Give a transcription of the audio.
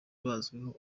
bazwiho